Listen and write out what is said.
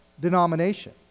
denomination